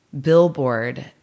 billboard